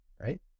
right